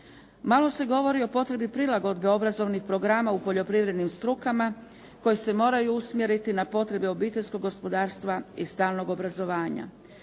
Malo se govori o potrebi prilagodbe obrazovnih programa u poljoprivrednim strukama koje se moraju usmjeriti na potrebe obiteljskog gospodarstva i stalnog obrazovanja.